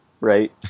right